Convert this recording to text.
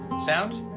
sound?